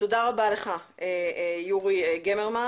תודה רבה לך יורי גמרמן.